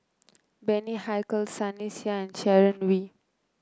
Bani Haykal Sunny Sia and Sharon Wee